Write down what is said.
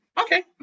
Okay